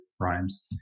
rhymes